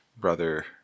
Brother